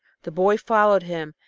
the boy followed him,